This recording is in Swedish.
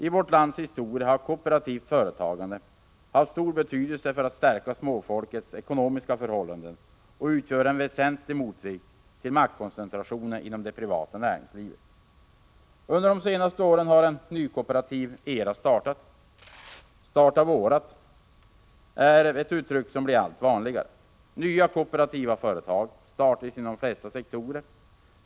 I vårt lands historia har kooperativt företagande haft stor betydelse för att stärka småfolkets ekonomiska förhållanden, och det utgör en väsentlig motvikt till maktkoncentrationen inom det privata näringslivet. Under de senaste åren har en nykooperativ era startat. ”Starta vårat” är ett uttryck som blir allt vanligare. Nya kooperativ startas inom de flesta sektorer.